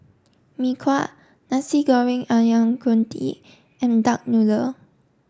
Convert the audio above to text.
Mee Kuah Nasi Goreng Ayam Kunyit and duck noodle